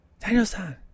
Danielson